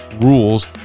Rules